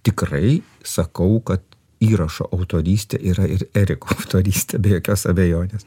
tikrai sakau kad įrašo autorystė yra ir eriko autorystė be jokios abejonės